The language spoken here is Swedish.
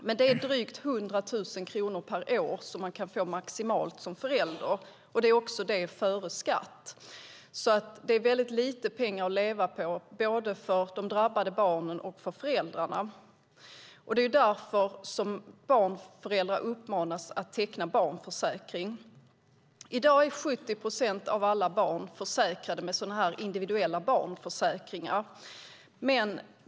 Men det är 100 000 kronor per år som man maximalt kan få som förälder, också det före skatt. Det är alltså väldigt lite pengar att leva på, både för de drabbade barnen och för föräldrarna. Det är därför föräldrar uppmanas att teckna barnförsäkring. I dag är 70 procent av alla barn försäkrade med sådana här individuella barnförsäkringar.